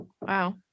Wow